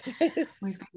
Yes